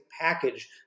package